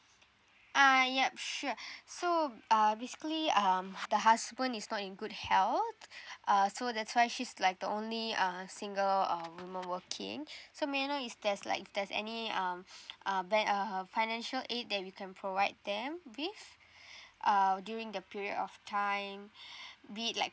uh yup sure so uh basically um the husband is not in good health uh so that's why she's like the only uh single uh woman working so may I know is there's like there's any um um be~ uh uh financial aid that we can provide them with uh during the period of time be it like